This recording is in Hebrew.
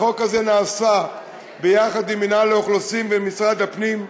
החוק הזה נעשה יחד עם מינהל האוכלוסין ומשרד הפנים,